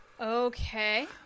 Okay